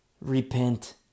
repent